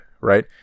right